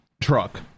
truck